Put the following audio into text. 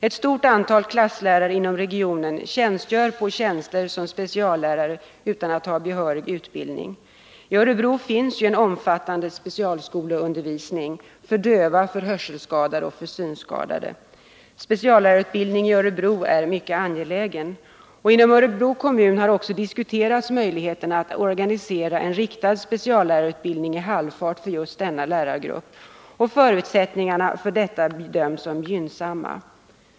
Ett stort antal klasslärare inom regionen tjänstgör på tjänster som speciallärare utan att ha behörig utbildning. I Örebro finns en omfattande specialskoleundervisning: för döva, för hörselskadade och för synskadade. Speciallärarutbildning i Örebro är mycket angelägen. Inom Örebro kommun har man också diskuterat möjligheterna att organisera en riktad speciallärarutbildning i halvfart för just denna lärargrupp, och förutsättningarna för detta bedöms som gynnsamma.